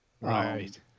Right